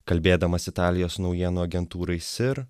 kalbėdamas italijos naujienų agentūrai sir